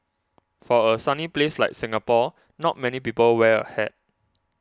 for a sunny place like Singapore not many people wear a hat